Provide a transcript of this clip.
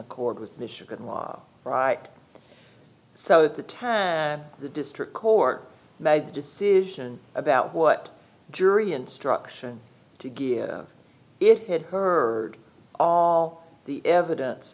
accord with michigan law right so the tab the district court made the decision about what jury instruction to give it her all the evidence